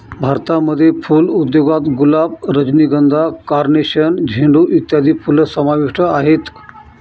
भारतामध्ये फुल उद्योगात गुलाब, रजनीगंधा, कार्नेशन, झेंडू इत्यादी फुलं समाविष्ट आहेत